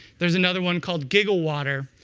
there's another one called giggle water.